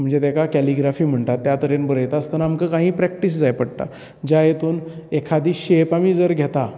म्हणजे तेका केलिग्राफी म्हणटात त्या तरेन बरयता आमकां आसतना काही प्रेक्टीस जाय पडटा ज्या हेतून एकादी शेप आमी जर घेतात